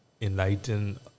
enlighten